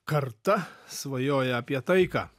karta svajoja apie taiką